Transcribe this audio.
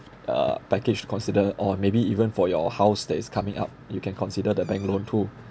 uh package to consider or maybe even for your house that is coming up you can consider the bank loan too